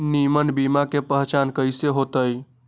निमन बीया के पहचान कईसे होतई?